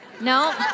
No